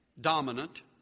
dominant